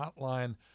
hotline